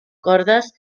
cordes